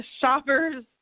Shoppers